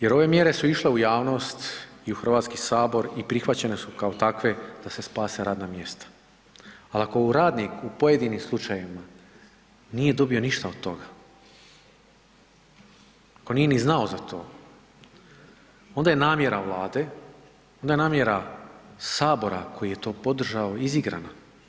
Jer ove mjere su išle u javnost i u Hrvatski sabor i prihvaćene su kao takve da se spase radna mjesta, ali ako radniku u pojedinim slučajevima nije dobio ništa od toga, ako nije ni znao za to, onda je namjera Vlade, onda je namjera Sabora koji je to podržao izigrana.